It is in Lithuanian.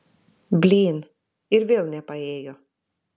blyn ir vėl nepaėjo